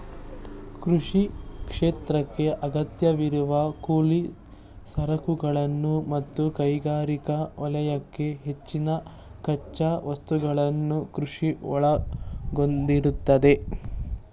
ಕೃಷಿ ಕ್ಷೇತ್ರಕ್ಕೇ ಅಗತ್ಯವಿರುವ ಕೂಲಿ ಸರಕುಗಳನ್ನು ಮತ್ತು ಕೈಗಾರಿಕಾ ವಲಯಕ್ಕೆ ಹೆಚ್ಚಿನ ಕಚ್ಚಾ ವಸ್ತುಗಳನ್ನು ಕೃಷಿ ಒದಗಿಸ್ತದೆ